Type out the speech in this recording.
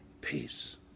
Peace